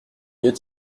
mieux